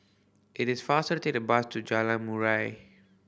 it is faster to take the bus to Jalan Murai